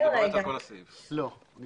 את